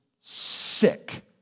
sick